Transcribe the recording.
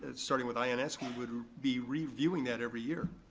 starting with ins, we would be reviewing that every year.